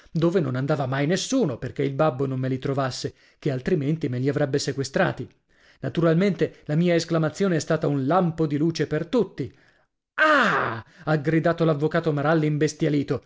dove non andava mai nessuno perché il babbo non me li trovasse ché altrimenti me li avrebbe sequestrati naturalmente la mia esclamazione è stata un lampo di luce per tutti ah ha gridato l'avvocato maralli imbestialito